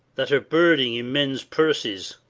that are birding in men's purses.